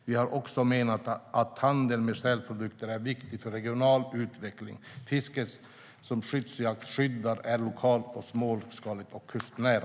Vi har också menat att handel med sälprodukter är viktig för regional utveckling. Fisket som skyddsjakt skyddar är lokalt, småskaligt och kustnära.